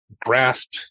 grasp